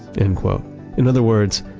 in in other words,